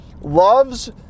loves